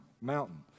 mountain